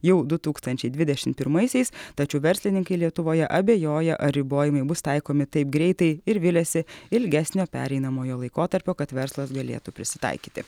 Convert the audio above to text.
jau du tūkstančiai dvidešimt pirmaisiais tačiau verslininkai lietuvoje abejoja ar ribojimai bus taikomi taip greitai ir viliasi ilgesnio pereinamojo laikotarpio kad verslas galėtų prisitaikyti